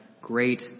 great